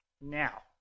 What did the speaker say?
Now